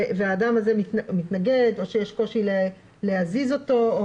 והאדם הזה מתנגד או יש קושי להזיז אותו או